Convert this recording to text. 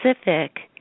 specific